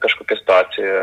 kažkokią situaciją